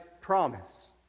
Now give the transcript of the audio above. promise